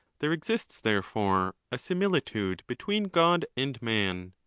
there exists, therefore, a similitude between god and man.